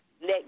let